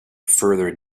further